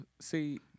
see